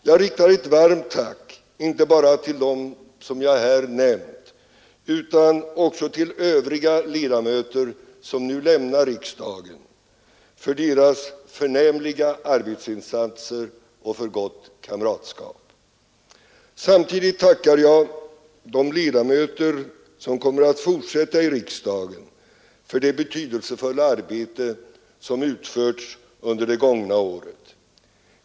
Jag riktar ett varmt tack inte bara till dem som jag här nämnt utan också till övriga ledamöter som nu lämnar riksdagen för deras förnämliga arbetsinsatser och för gott kamratskap. Samtidigt tackar jag de ledamöter som kommer att fortsätta i riksdagen för det betydelsefulla arbete de utfört under det gångna året.